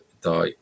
die